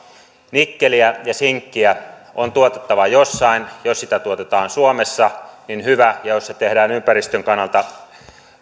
nikkeliä ja sinkkiä on tuotettava jossain jos sitä tuotetaan suomessa niin hyvä ja jos se tehdään ympäristön kannalta